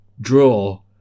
draw